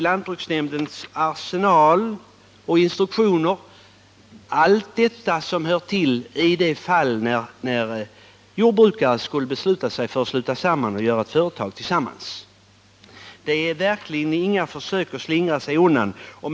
Lantbruksnämnden har enligt sina instruktioner hela den arsenal av medel som krävs när jordbrukare bestämmer sig för att slå sig samman i ett företag. Jag har verkligen inte gjort några försök att slingra mig undan.